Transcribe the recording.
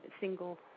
single